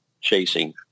chasing